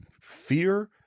Fear